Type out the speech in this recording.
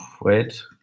Wait